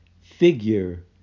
figure